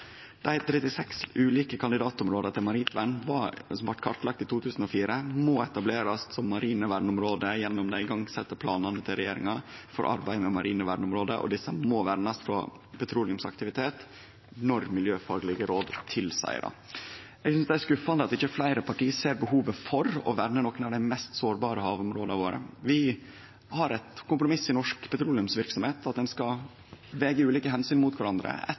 Dei 36 ulike kandidatområda som i 2004 blei kartlagde til marint vern, må etablerast som marine verneområde gjennom dei planane regjeringa no legg for arbeidet med marine verneområde, og dei må vernast frå petroleumsaktivitet når miljøfaglege råd tilseier det. Eg synest det er skuffande at ikkje fleire parti ser behovet for å verne nokre av dei mest sårbare havområda våre. Vi har eit kompromiss i norsk petroleumsverksemd – ein skal vege ulike omsyn mot kvarandre.